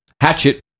Hatchet